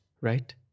right